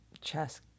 chess